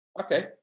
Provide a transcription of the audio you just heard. Okay